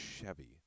chevy